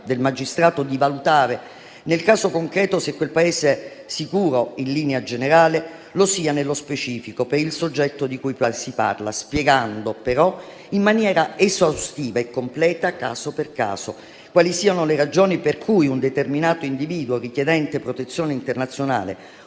del magistrato di valutare nel caso concreto se quel Paese, sicuro in linea generale, lo sia nello specifico per il soggetto di cui poi si parla, spiegando, però, in maniera esaustiva e completa, caso per caso, quali siano le ragioni per cui, per un determinato individuo richiedente protezione internazionale,